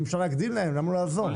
אם אפשר להקדים להם אז למה לא לעזור?